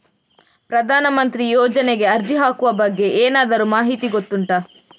ಪ್ರಧಾನ ಮಂತ್ರಿ ಯೋಜನೆಗೆ ಅರ್ಜಿ ಹಾಕುವ ಬಗ್ಗೆ ಏನಾದರೂ ಮಾಹಿತಿ ಗೊತ್ತುಂಟ?